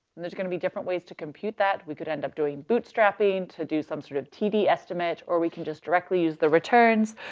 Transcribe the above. and there's going to be different ways to compute that. we could end up doing bootstrapping, to do some sort of td estimate, or we can just directly use the returns.